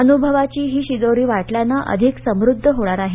अनुभवायी ही वाटल्यानं अधिक समृद्ध होणार आहे